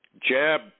jab